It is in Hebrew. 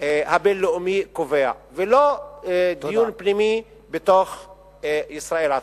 הבין-לאומי קובע, ולא דיון פנימי בתוך ישראל עצמה.